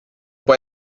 bei